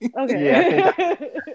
Okay